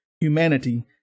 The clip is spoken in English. humanity